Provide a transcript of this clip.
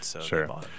sure